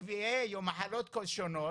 CBA או מחלות שונות,